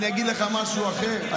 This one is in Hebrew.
אני אגיד לך משהו אחר.